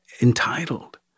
entitled